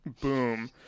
boom